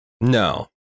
No